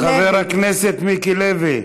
חבר הכנסת מיקי לוי.